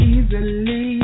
Easily